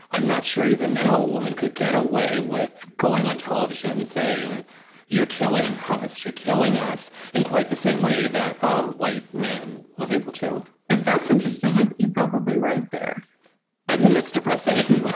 i'm not sure even no woman could get away with going on television saying you're killing you're killing us in quite the same way that a white man was able to that's interesting. you probably right there i mean, it's depressing but